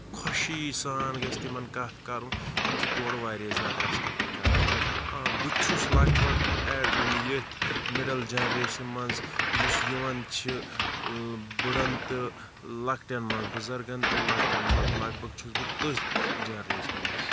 خۄشی سان گژھِ تِمن کَتھ کَرُن تِم چھِ تورٕ واریاہ زیادٕ ریٚسپیکٹ کران آ بہٕ چھُس لگ بگ ییٚتھۍ مِڈٔل جینریشنہِ منٛز یُس یِوان چھِ بٕڑن تہٕ لۄکٹٮ۪ن منٛز بُزرگن تہٕ لۄکٹٮ۪ن منٛز لگ بگ چھُس بہٕ تٔتھۍ جینریشنہِ منٛز